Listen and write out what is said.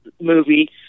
movie